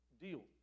deal